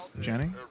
Jenny